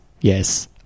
yes